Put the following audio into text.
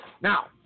Now